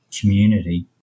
community